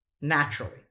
naturally